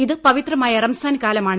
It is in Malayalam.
ഇത് പവിത്രമായ റംസാൻ കാലമാണ്